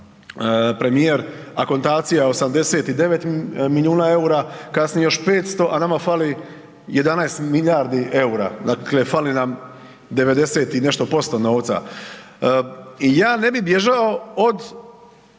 premijer, akontacija 89 milijuna EUR-a, kasnije još 500, a nama fali 11 milijardi EUR-a, dakle fali nam 90 i nešto posto novca. I ja ne bi bježao od